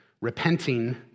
repenting